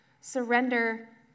surrender